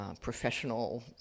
professional